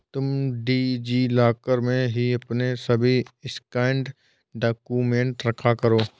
तुम DigiLocker में ही अपने सभी स्कैंड डाक्यूमेंट रखा करो